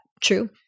True